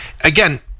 again